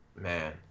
man